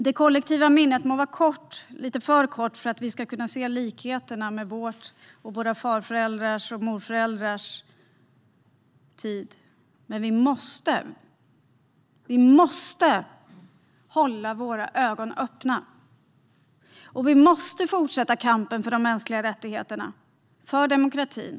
Det kollektiva minnet må vara kort - lite för kort för att vi ska se likheterna mellan vår och våra far och morföräldrars tid - men vi måste hålla våra ögon öppna. Vi måste fortsätta kampen för de mänskliga rättigheterna och för demokratin.